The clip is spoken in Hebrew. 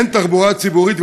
אין תחבורה ציבורית,